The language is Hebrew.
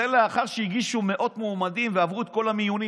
זה לאחר שהגישו מאות מועמדים ועברו את כל המיונים.